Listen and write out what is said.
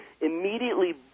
immediately